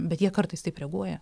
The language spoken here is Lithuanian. bet jie kartais taip reaguoja